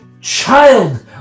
child